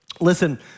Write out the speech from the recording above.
Listen